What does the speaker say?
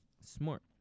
smart